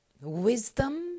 wisdom